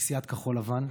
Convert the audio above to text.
מסיעת כחול לבן.